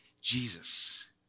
Jesus